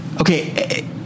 okay